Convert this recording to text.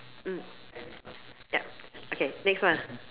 mm yup okay next one